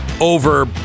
over